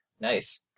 Nice